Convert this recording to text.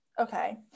Okay